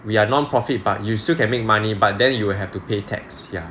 we're nonprofit but you still can make money but then you will have to pay tax ya